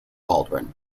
baldwin